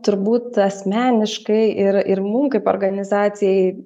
turbūt asmeniškai ir ir mum kaip organizacijai